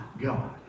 God